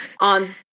on